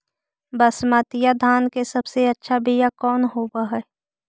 बसमतिया धान के सबसे अच्छा बीया कौन हौब हैं?